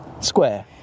Square